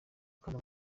kandi